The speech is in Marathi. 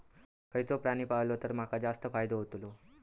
खयचो प्राणी पाळलो तर माका जास्त फायदो होतोलो?